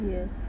Yes